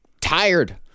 tired